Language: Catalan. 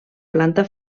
planta